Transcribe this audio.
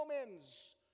romans